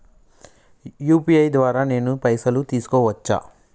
UPI ద్వారా నేను పైసలు తీసుకోవచ్చా?